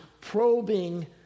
probing